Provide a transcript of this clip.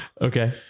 Okay